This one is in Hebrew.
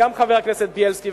גם חבר הכנסת בילסקי,